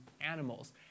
animals